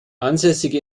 ansässige